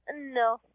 No